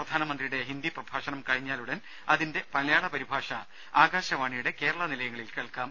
പ്രധാനമന്ത്രിയുടെ ഹിന്ദി പ്രഭാഷണം കഴിഞ്ഞാലുടൻ അതിന്റെ മലയാള പരിഭാഷ ആകാശവാണിയുടെ കേരള നിലയങ്ങളിൽ കേൾക്കാം